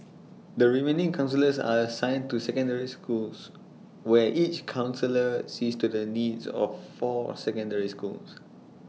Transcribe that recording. the remaining counsellors are assigned to secondary schools where each counsellor sees to the needs of four secondary schools